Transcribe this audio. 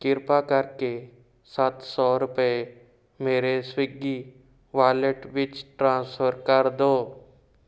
ਕਿਰਪਾ ਕਰਕੇ ਸੱਤ ਸੌ ਰੁਪਏ ਮੇਰੇ ਸਵਿਗੀ ਵਾਲੇਟ ਵਿੱਚ ਟ੍ਰਾਂਸਫਰ ਕਰ ਦਿਓ